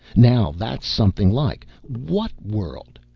now that's something like! what world?